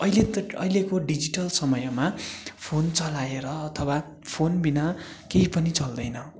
अहिले त अहिलेको डिजिटल समयमा फोन चलाएर अथवा फोन बिना केही पनि चल्दैन